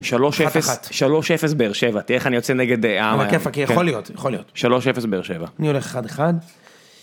3-0, 1-1, 3-0 באר שבע תראה איך אני יוצא נגד ה..על הכיפאק יכול להיות, יכול להיות, 3-0 באר שבע אני הולך 1-1.